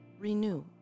Renew